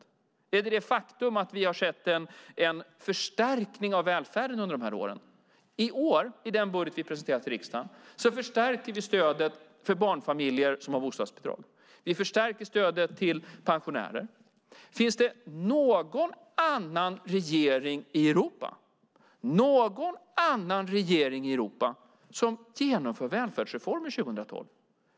Är förstörelsearbetet det faktum att vi har sett en förstärkning av välfärden under de här åren? I år, i den budget vi har presenterat för riksdagen, förstärker vi stödet för barnfamiljer som har bostadsbidrag. Vi förstärker stödet till pensionärer. Finns det någon annan regering i Europa som genomför välfärdsreformer 2012?